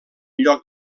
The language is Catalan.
lloc